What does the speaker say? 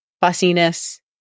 fussiness